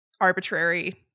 Arbitrary